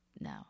no